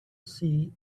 see